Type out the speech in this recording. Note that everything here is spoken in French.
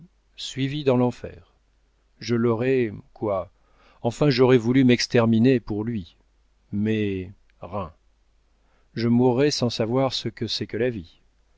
suivi dans l'enfer je l'aurais quoi enfin j'aurais voulu m'exterminer pour lui mais rin je mourrai sans savoir ce que c'est que la vie